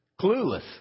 clueless